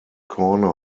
corner